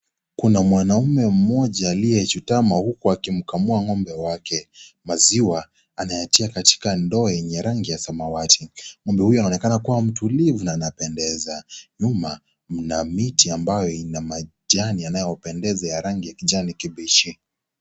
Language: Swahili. Kuna mwanaume mmoja aliyechutama huku akimkamua ng'ombe wake. Maziwa, anayatia katika ndoo yenye rangi ya samawati. Ng'ombe huyo anaonekana kuwa mtulivu na anapendeza. Nyuma, mna miti ambayo ina majani yanayopendeza ya rangi ya kijani kibichi.